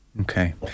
Okay